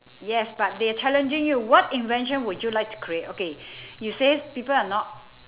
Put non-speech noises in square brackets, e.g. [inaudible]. yes but they're challenging you what invention would you like to create okay [breath] you say people are not